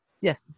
yes